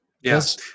Yes